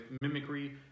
mimicry